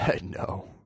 No